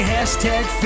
Hashtag